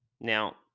Now